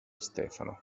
stefano